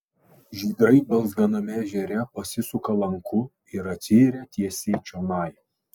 žydrai balzganame ežere pasisuka lanku ir atsiiria tiesiai čionai